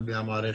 על פי המערכת,